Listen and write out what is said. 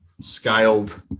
scaled